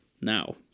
Now